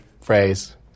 phrase